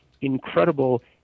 incredible